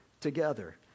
together